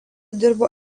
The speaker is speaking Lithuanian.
dirbo